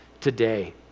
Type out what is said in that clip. today